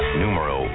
numero